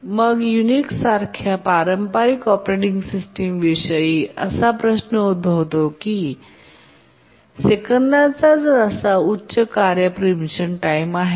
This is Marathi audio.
पण मग युनिक्स सारख्या पारंपारिक ऑपरेटिंग सिस्टम विषयी असा प्रश्न उद्भवतो की सेकंदाचा असा उच्च कार्य प्रीमिशन टाइम आहे